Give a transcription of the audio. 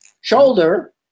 shoulder